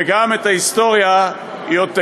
וגם את ההיסטוריה היא עוד תגלה.